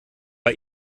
bei